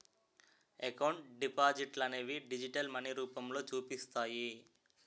account డిపాజిట్లనేవి digital money రూపంలో చూపిస్తాయి